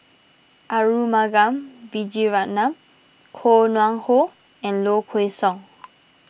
Arumugam Vijiaratnam Koh Nguang How and Low Kway Song